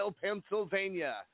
Pennsylvania